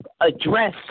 address